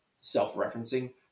self-referencing